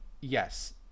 yes